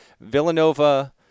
Villanova